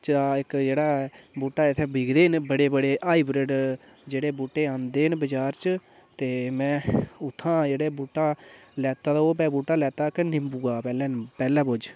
जां इक जेह्ड़ा ऐ बूह्टा इ'त्थें बिकदे न बड़े बड़े हाइब्रिड जेह्ड़े बूह्टे आंदे न बाजार च ते में उ'त्थां जेह्ड़े बूह्टा लैता तां में उत्थां जेह्ड़ा बुह्टा लैता तो ओह् भैंऽ इक निम्बुआ दा पैह्लें पैह्ले पुज्ज